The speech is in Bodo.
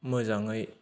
मोजाङै